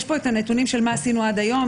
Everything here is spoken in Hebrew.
יש פה את הנתונים של מה עשינו עד היום,